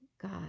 God